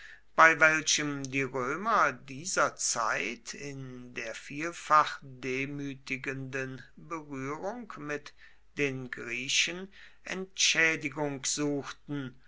bei welchem die römer dieser zeit in der vielfach demütigenden berührung mit den griechen entschädigung suchten